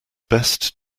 best